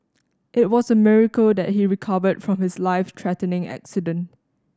it was a miracle that he recovered from his life threatening accident